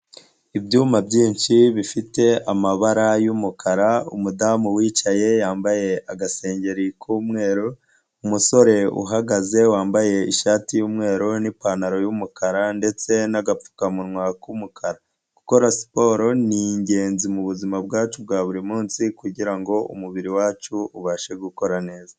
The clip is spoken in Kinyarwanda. Ibyuma byinshi bifite amabara y'umukara, umudamu wicaye yambaye agasengeri k'umweru, umusore uhagaze wambaye ishati y'umweru n'ipantaro y'umukara ndetse n'agapfukamunwa k'umukara. Gukora siporo ni ingenzi mu buzima bwacu bwa buri munsi kugira ngo umubiri wacu ubashe gukora neza.